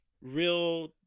Real